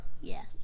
yes